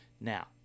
Now